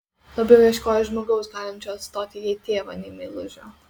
labiau ieškojo žmogaus galinčio atstoti jai tėvą nei meilužio